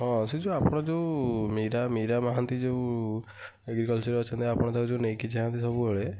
ହଁ ସେଇ ଯେଉଁ ଆପଣ ଯେଉଁ ମୀରା ମୀରା ମହାନ୍ତି ଯେଉଁ ଏଗ୍ରିକଲଚର୍ରେ ଅଛନ୍ତି ଆପଣ ତାଙ୍କୁ ନେଇକି ଯାଆନ୍ତି ସବୁବେଳେ